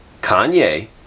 Kanye